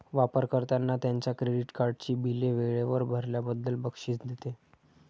वापर कर्त्यांना त्यांच्या क्रेडिट कार्डची बिले वेळेवर भरल्याबद्दल बक्षीस देते